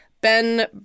Ben